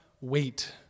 wait